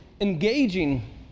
engaging